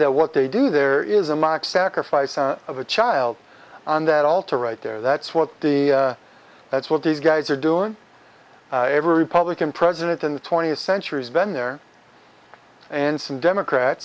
that what they do there is a mock sacrifice of a child on that altar right there that's what the that's what these guys are doing every republican president in the twentieth century is bend their and some democrat